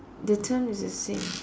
the term is the same